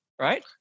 right